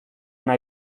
una